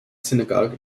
synagogue